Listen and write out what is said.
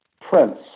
prince